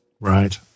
Right